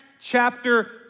chapter